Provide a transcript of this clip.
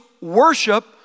worship